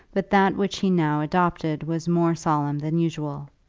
but that which he now adopted was more solemn than usual.